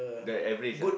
that average ah